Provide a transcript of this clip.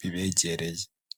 bibegereye.